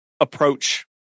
approach